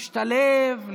להשתלב,